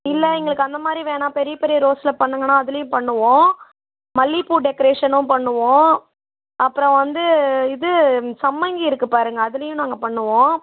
இல்லை எங்களுக்கு அந்த மாதிரி வேணாம் பெரிய பெரிய ரோஸில் பண்ணுங்கன்னால் அதிலையும் பண்ணுவோம் மல்லிகைப்பூ டெக்கரேஷனும் பண்ணுவோம் அப்புறம் வந்து இது சம்மங்கி இருக்குது பாருங்க அதிலையும் நாங்கள் பண்ணுவோம்